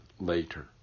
later